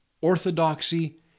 orthodoxy